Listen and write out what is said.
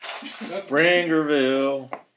Springerville